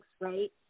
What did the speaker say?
right